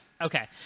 okay